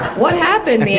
what happened?